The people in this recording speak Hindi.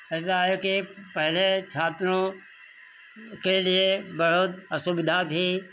ऐसा है कि पहले छात्रों के लिए बहुत असुविधा थी